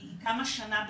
היא קמה שנה באיחור,